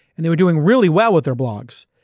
and they were doing really well with their blogs.